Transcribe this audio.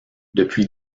depuis